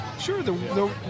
Sure